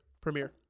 Premiere